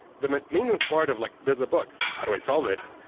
the maintenance part of like there's a book. how do i solve it?